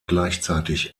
gleichzeitig